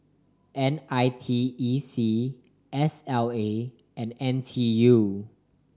N I T E C S L A and N T U